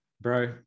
Bro